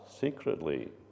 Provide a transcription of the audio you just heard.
secretly